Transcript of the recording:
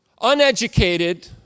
uneducated